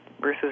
versus